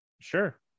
Sure